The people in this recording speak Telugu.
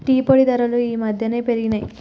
టీ పొడి ధరలు ఈ మధ్యన పెరిగినయ్